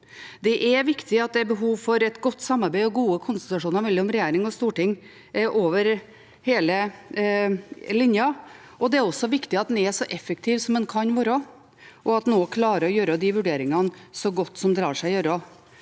Det er viktig at det er behov for et godt samarbeid og gode konsultasjoner mellom regjering og storting over hele linjen. Det er også viktig at en er så effektiv som en kan være, og at en klarer å gjøre de vurderingene så godt det lar seg gjøre.